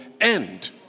end